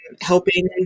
helping